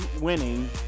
winning